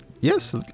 Yes